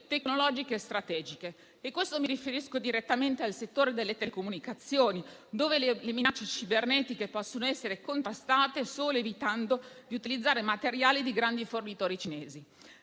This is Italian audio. tecnologiche strategiche. Mi riferisco direttamente al settore delle telecomunicazioni, dove le minacce cibernetiche possono essere contrastate solo evitando di utilizzare materiali di grandi fornitori cinesi.